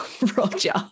Roger